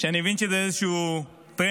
שאני מבין שזה איזשהו טרנד,